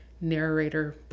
narrator